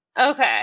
Okay